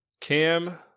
Cam